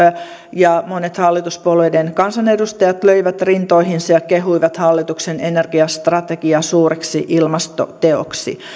ja monet hallituspuolueiden kansanedustajat löivät rintaansa ja kehuivat hallituksen energiastrategiaa suureksi ilmastoteoksi